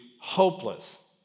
hopeless